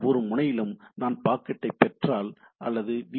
ஒவ்வொரு முனையிலும் நான் பாக்கெட்டை பெற்றால் அல்லது இந்த வி